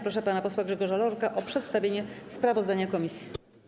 Proszę pana posła Grzegorza Lorka o przedstawienie sprawozdania komisji.